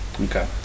Okay